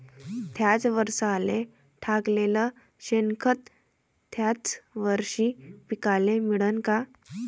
थ्याच वरसाले टाकलेलं शेनखत थ्याच वरशी पिकाले मिळन का?